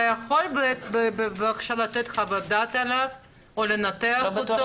אתה יכול בבקשה לתת חוות דעת עליה או לנתח אותה?